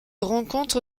rencontre